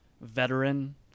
veteran